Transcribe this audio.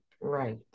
Right